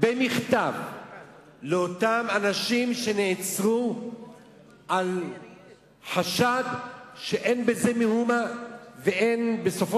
במכתב לאותם אנשים שנעצרו על חשד שאין בזה מאומה ובסופו